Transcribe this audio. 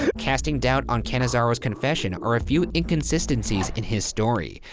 casting doubt on cannizzaro's confession are a few inconsistencies in his story.